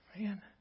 Man